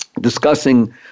discussing